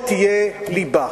שתהיה ליבה.